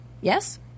Yes